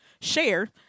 share